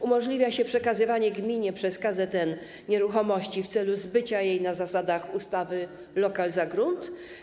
Umożliwia się przekazywanie gminie przez KZN nieruchomości w celu zbycia jej na zasadach ustawy lokal za grunt.